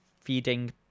feeding